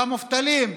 במובטלים,